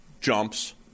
jumps